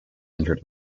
injured